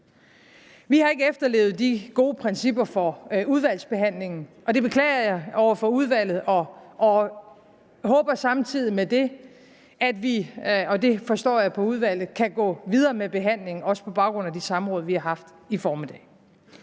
har ikke efterlevet de gode principper for udvalgsbehandlingen, og det beklager jeg over for udvalget og håber samtidig med det, at vi – og det forstår jeg på udvalget – kan gå videre med behandlingen også på baggrund af det samråd, vi har haft i formiddag.